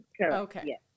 Okay